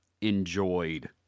enjoyed